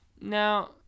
Now